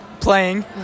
playing